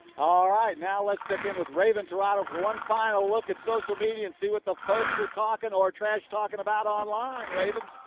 all right. now, let's collect in with rayven tirado for one final look at social media and see what the folks are talking or trash talking about online. rayven?